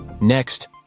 Next